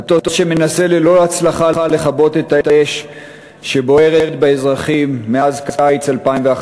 מטוס שמנסה ללא הצלחה לכבות את האש שבוערת באזרחים מאז קיץ 2011,